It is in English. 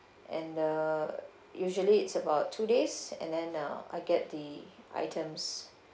and uh usually it's about two days and then uh I get the items